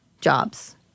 jobs